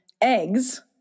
eggs